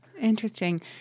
Interesting